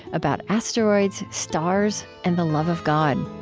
about asteroids, stars, and the love of god